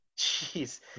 Jeez